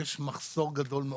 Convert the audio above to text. יש מחסור גדול מאוד,